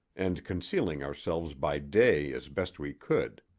and concealing ourselves by day as best we could.